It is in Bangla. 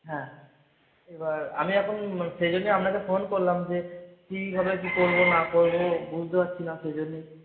হ্যাঁ এবার আমি এখন সেই জন্যই আপনাকে ফোন করলাম যে কীভাবে কী করব না করব বুঝতে পারছি না সেইজন্যই